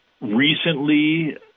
recently